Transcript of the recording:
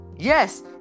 Yes